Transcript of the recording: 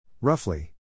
Roughly